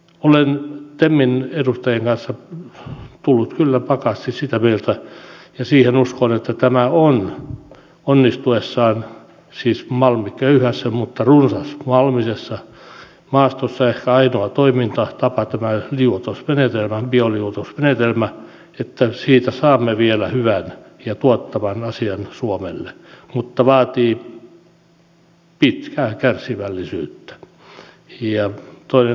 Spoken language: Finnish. olen temin edustajien kanssa kyllä tullut vakaasti siihen uskoon että tämä bioliuotusmenetelmä on onnistuessaan siis malmiköyhässä mutta runsasmalmisessa maastossa ehkä ainoa toimintatapa että siitä saamme vielä hyvän ja tuottavan asian suomelle mutta se vaatii pitkää kärsivällisyyttä toinen toisiinsa luottaen